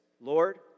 Lord